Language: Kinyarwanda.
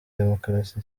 demokarasi